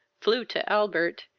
flew to albert,